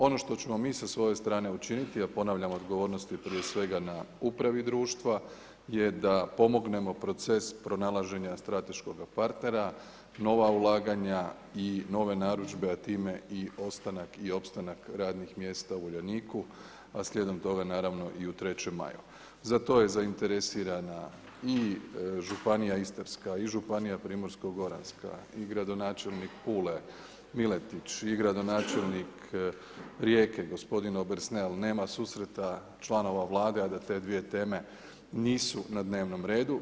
Ono što ćemo mi sa svoje strane učiniti, a ponavljam odgovornost je prije svega na upravi društva je da pomognemo proces pronalaženja strateškoga partnera, nova ulaganja i nove narudžbe, a time i ostanak i opstanak radnih mjesta u Uljaniku, a slijedom toga naravno i u 3. maju. za to je zainteresirana i županija Istarska, i županija Primorsko-goranska i gradonačelnik Pule Miletić i gradonačelnik Rijeke gospodin Obersnel, nema susreta članova Vlade a da te dvije teme nisu na dnevnom redu.